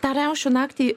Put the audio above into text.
tą riaušių naktį